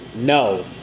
No